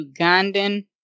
Ugandan